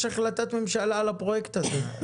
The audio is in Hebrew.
יש החלטת ממשלה על הפרויקט הזה.